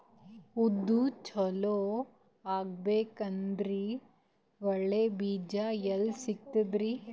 ಉದ್ದು ಚಲೋ ಆಗಬೇಕಂದ್ರೆ ಒಳ್ಳೆ ಬೀಜ ಎಲ್ ಸಿಗತದರೀ?